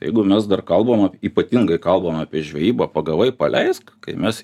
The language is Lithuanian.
jeigu mes dar kalbam ypatingai kalbam apie žvejybą pagavai paleisk kai mes